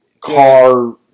car